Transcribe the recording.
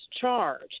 charge